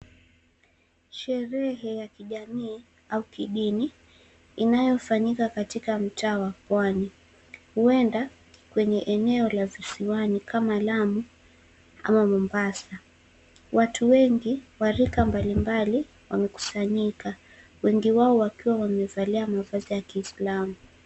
Sherehe ya kijamii au kidini inayofanyika katika mtaa wa pwani. Huenda kwenye eneo la visiwani kama Lamu ama Mombasa. Watu wengi wa rika mbalimbali wamekusanyika, wengi wao wakiwa wamevalia mavazi ya kiislamu.